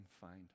find